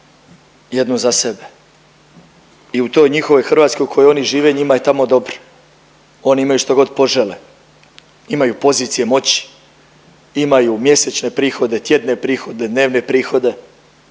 jednu za sebe i u toj njihovoj Hrvatskoj u kojoj oni žive njima je tamo dobro, oni imaju što god požele. Imaju pozicije moći, imaju mjesečne prihode, tjedne prihode, dnevne prihode,